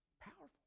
Powerful